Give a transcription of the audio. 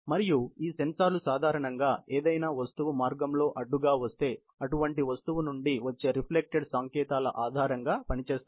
మరియు ఈ సెన్సార్లు సాధారణంగా ఏదైనా వస్తువు మార్గంలో అడ్డుగా వస్తే అటువంటి వస్తువునుండి వచ్చే రిఫ్లెక్టెడ్ సంకేతాల ఆధారంగా పనిచేస్తాయి